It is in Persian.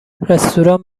رستوران